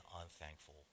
unthankful